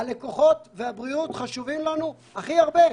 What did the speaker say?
הלקוחות והבריאות חשובים לנו הכי הרבה.